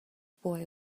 boy